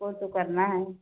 वह तो करना है